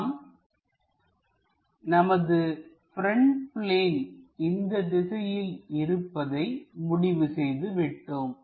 நாம் நமது front plane இந்த திசையில் இருப்பதை முடிவு செய்து விட்டோம்